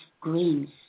greens